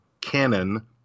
canon